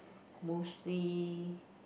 mostly